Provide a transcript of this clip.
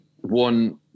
one